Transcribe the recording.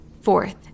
Fourth